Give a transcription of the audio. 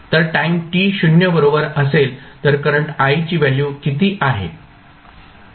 तर time t 0 बरोबर असेल तर करंट I ची व्हॅल्यू किती आहे